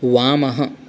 वामः